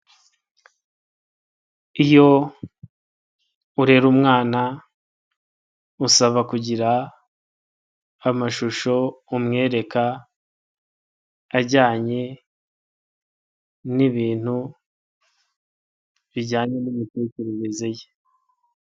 Iyo, urera umwana, usaba kugira, amashusho umwereka, ajyanye, n'ibintu, bijyanye n'imitekerereze ye.